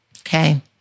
Okay